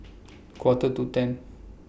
Quarter to ten